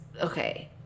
okay